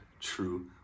true